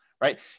right